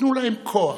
תנו להם כוח,